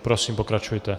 Prosím, pokračujte.